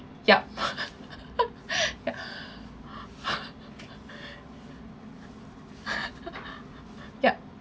yup ya yup